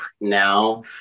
now